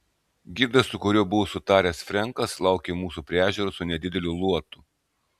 gidas su kuriuo buvo sutaręs frenkas laukė mūsų prie ežero su nedideliu luotu